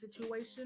situation